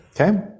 Okay